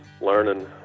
learning